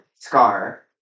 Scar